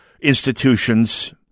institutions